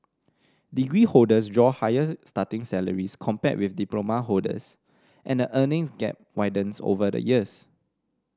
degree holders draw higher starting salaries compared with diploma holders and the earnings gap widens over the years